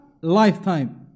lifetime